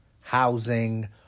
housing